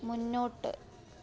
മുന്നോട്ട്